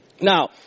Now